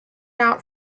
out